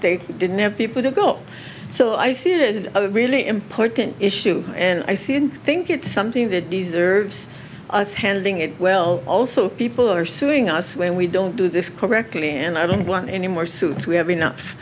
they didn't have people to go so i see it as a really important issue and i think think it's something that deserves us handling it well also people are suing us when we don't do this correctly and i don't want any more suits we have